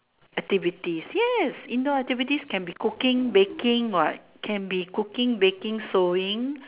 activities yes indoor activities can be cooking baking what can be cooking baking sewing